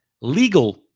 Legal